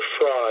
fraud